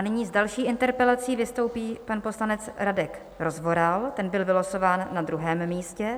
Nyní s další interpelací vystoupí pan poslanec Radek Rozvoral, ten byl vylosován na druhém místě.